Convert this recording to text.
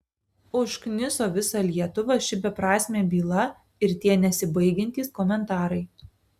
užkniso visą lietuvą ši beprasmė byla ir tie nesibaigiantys komentarai